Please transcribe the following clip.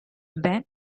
ben